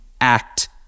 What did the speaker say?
act